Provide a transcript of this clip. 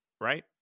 right